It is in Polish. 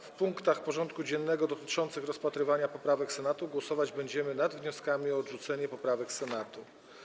W punktach porządku dziennego dotyczących rozpatrywania poprawek Senatu głosować będziemy nad wnioskami o odrzucenie poprawek Senatu.